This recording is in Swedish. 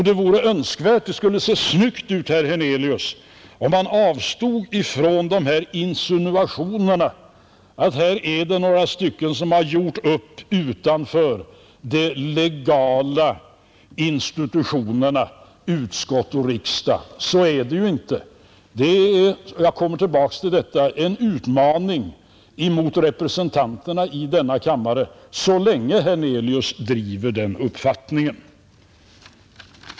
Det vore önskvärt och det skulle se snyggt ut, herr Hernelius, om man avstod från insinuationerna om att här har några stycken gjort upp utanför de legala institutionerna utskott och riksdag. Så är det ju inte. Det är — och jag kommer tillbaka till detta — en utmaning mot representanterna i denna kammare så länge herr Hernelius driver den uppfattningen.